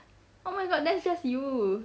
oh my god that's just you